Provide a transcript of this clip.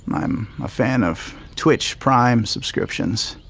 i'm a fan of twitch prime subscriptions.